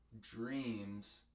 dreams